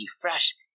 fresh